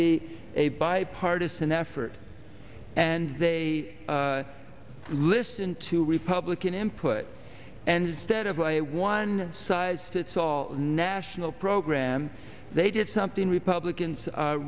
be a bipartisan effort and they listened to republican input and stead of a one size fits all national program they did something republicans